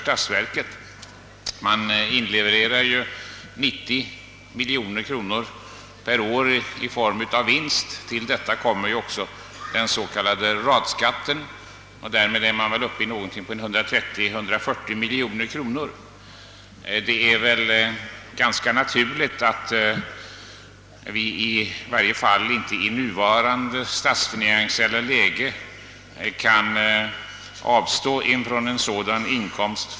Årligen inlevereras till staten 90 miljoner kronor i form av vinst, och till detta kommer också den s.k. radskatten, med vars hjälp man kommer upp till 130 å 140 miljoner kronor, Det är väl då ganska naturligt att statsverket i varje fall inte i nuvarande finansiella läge kan avstå från en sådan inkomst.